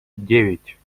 девять